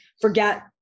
forget